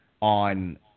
on